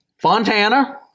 Fontana